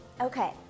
Okay